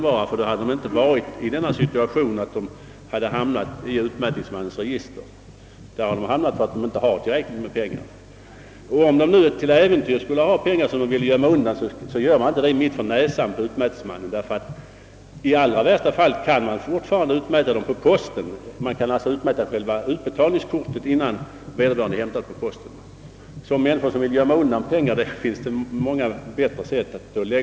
De är alltid redan sångligt utbildade och det är bara den alldeles speciella formen av skolning i operasång som återstår för dem.